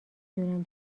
دونم